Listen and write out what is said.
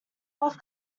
self